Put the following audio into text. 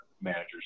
managers